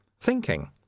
thinking